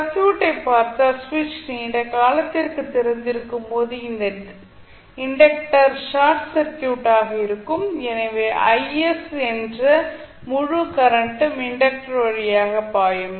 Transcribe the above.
சர்க்யூட்டை பார்த்தால் சுவிட்ச் நீண்ட காலத்திற்கு திறந்திருக்கும் போது இந்த இண்டக்டர் ஷார்ட் சர்க்யூட்டாக இருக்கும் எனவே Is என்ற முழு கரண்டும் இண்டக்டர் வழியாக பாயும்